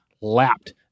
lapped